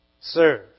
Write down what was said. Serve